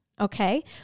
okay